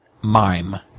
mime